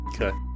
Okay